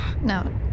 No